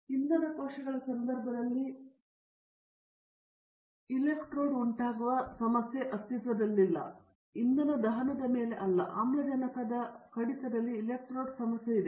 ಇಂಧನ ಕೋಶಗಳ ಸಂದರ್ಭದಲ್ಲಿ ಇಲೆಕ್ಟ್ರಾಡ್ ಉಂಟಾಗುವ ಸಮಸ್ಯೆ ಅಸ್ತಿತ್ವದಲ್ಲಿಲ್ಲ ಇಂಧನ ದಹನದ ಮೇಲೆ ಅಲ್ಲ ಆಮ್ಲಜನಕದ ಕಡಿತದಲ್ಲಿ ಇಲೆಕ್ಟ್ರೋಡ್ ಸಮಸ್ಯೆ ಇದೆ